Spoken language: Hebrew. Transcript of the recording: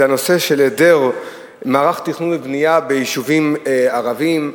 זה הנושא של היעדר מערך תכנון ובנייה ביישובים ערביים,